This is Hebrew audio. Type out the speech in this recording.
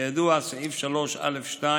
כידוע, סעיף 3א(2)